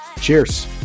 cheers